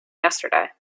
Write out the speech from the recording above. yesterday